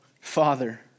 Father